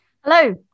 hello